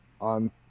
on